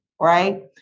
right